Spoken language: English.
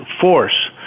force